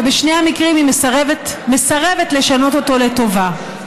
ובשני המקרים היא מסרבת לשנות אותו לטובה.